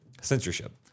censorship